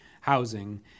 housing